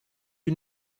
you